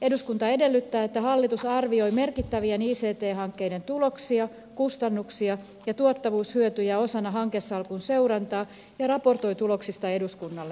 eduskunta edellyttää että hallitus arvioi merkittävien ict hankkeiden tuloksia kustannuksia ja tuottavuushyötyjä osana hankesalkun seurantaa ja raportoi tuloksista eduskunnalle